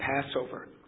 Passover